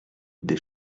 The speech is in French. des